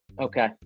Okay